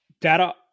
data